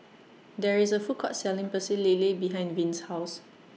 There IS A Food Court Selling Pecel Lele behind Vince's House